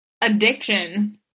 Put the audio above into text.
addiction